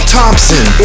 Thompson